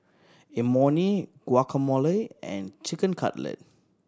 Imoni Guacamole and Chicken Cutlet